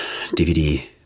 dvd